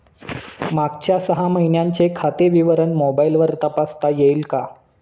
मागच्या सहा महिन्यांचे खाते विवरण मोबाइलवर तपासता येईल का?